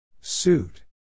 Suit